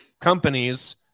companies